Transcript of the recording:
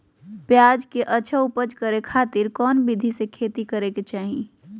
प्याज के अच्छा उपज करे खातिर कौन विधि से खेती करे के चाही?